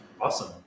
Awesome